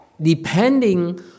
depending